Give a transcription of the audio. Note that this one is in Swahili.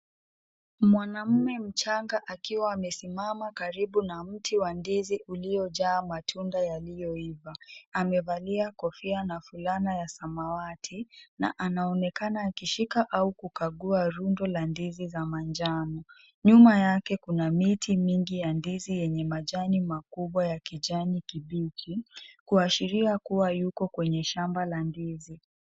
Mwanamme mchanga akiwa amesimama karibu na mti wa ndizi ulio jaa matunda yaliyo iva, amevalia kofia na fulana ya samawati, na anaonekana akishika au kukagua rundo la ndizi za manjano, nyuma yake kuna miti mingi ya ndizi yenye majani makubwa ya kijani kibichi, kuashiria kuwa yuko kwenye shamba la ndizi.